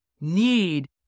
need